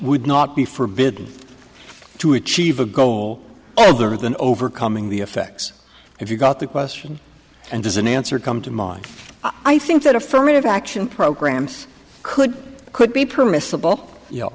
would not be forbidden to achieve a goal other than overcoming the effects if you got the question and as an answer come to mind i think that affirmative action programs could could be permissible